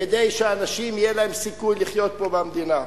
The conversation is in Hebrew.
כדי שאנשים יהיה להם סיכוי לחיות פה במדינה.